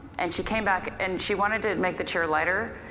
and she came back and she wanted to make the chair lighter